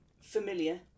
familiar